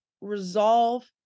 resolve